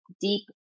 deep